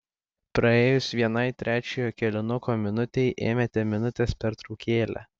praėjus vienai trečiojo kėlinuko minutei ėmėte minutės pertraukėlę